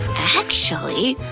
actually,